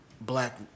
black